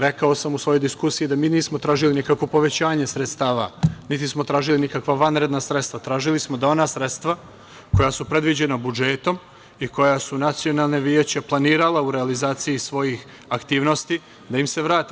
Rekao sam u svojoj diskusiji da mi nismo tražili nikakvo povećanje sredstava, niti smo tražili nikakva vanredna sredstva, tražili smo da ona sredstva koja su predviđena budžetom i koja su Nacionalna veća planirala u realizaciji svojih aktivnosti da im se vrate.